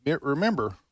remember